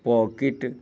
pocket